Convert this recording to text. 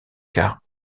car